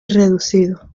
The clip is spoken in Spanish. reducido